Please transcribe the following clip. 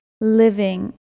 living